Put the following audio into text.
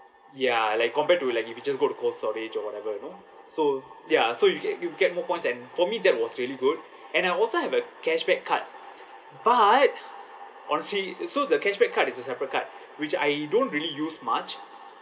ya like compared to like if you just go to cold storage or whatever you know so ya so you get you get more points and for me that was really good and I also have a cashback card but honestly so the cashback card is a separate card which I don't really use much